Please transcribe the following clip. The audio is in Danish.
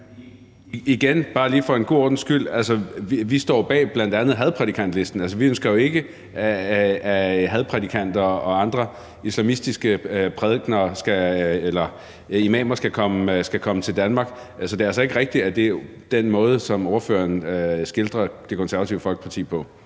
Igen bare lige for en god ordens skyld: Vi står bag bl.a. hadprædikantlisten. Altså, vi ønsker jo ikke, at hadprædikanter og andre islamistiske imamer skal komme til Danmark. Så den måde, som ordføreren skildrer Det Konservative Folkeparti på,